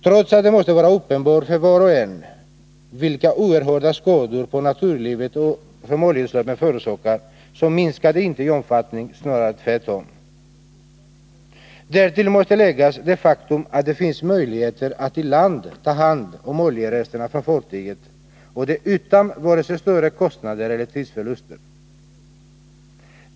Trots att det måste vara uppenbart för var och en vilka oerhörda skador på naturlivet som oljeutsläppen förorsakar så minskar de inte i omfattning, snarare tvärtom. Därtill måste läggas det faktum att det finns möligheter att i land ta hand om oljeresterna från fartyg, utan vare sig större kostnader eller tidsförluster.